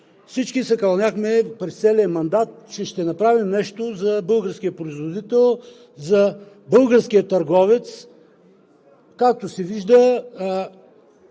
Всички се кълняхме през целия мандат, че ще направим нещо за българския производител, за българския търговец, но както се вижда